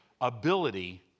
ability